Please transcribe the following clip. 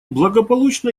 благополучно